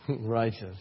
righteous